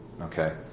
Okay